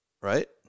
right